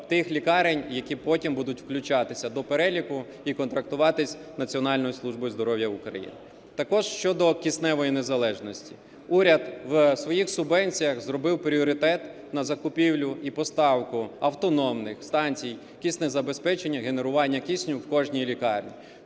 тих лікарень, які потім будуть включатися до переліку і контрактуватись Національною службою здоров'я України. Також щодо кисневої незалежності. Уряд в своїх субвенціях зробив пріоритет на закупівлю і поставку автономних станцій киснезабезпечення, генерування кисню в кожній лікарні.